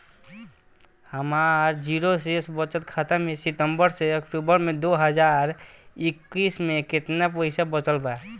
हमार जीरो शेष बचत खाता में सितंबर से अक्तूबर में दो हज़ार इक्कीस में केतना पइसा बचल बा?